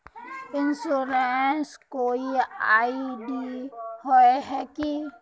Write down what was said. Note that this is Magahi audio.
इंश्योरेंस कोई आई.डी होय है की?